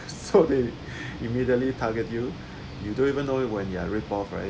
so they immediately target you you don't even know when their rip off right